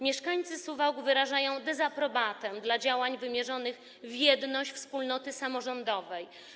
Mieszkańcy Suwałk wyrażają dezaprobatę dla działań wymierzonych w jedność wspólnoty samorządowej.